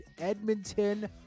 Edmonton